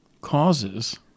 causes